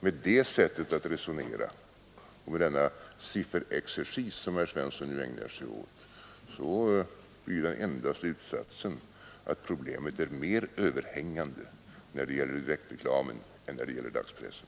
Med det sättet att resonera och med den sifferexercis som herr Svensson ägnar sig åt blir den enda slutsatsen att riskerna är mer överhängande när det gäller direktreklamen än när det gäller dagspressen.